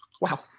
Wow